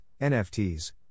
NFTs